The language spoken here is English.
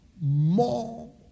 more